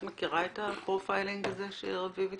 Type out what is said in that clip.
את מכירה את הפרופיילינג הזה שרביב הציג?